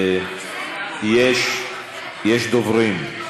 יש דוברים.